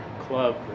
club